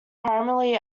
primarily